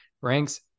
ranks